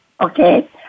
Okay